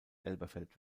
elberfeld